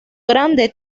grande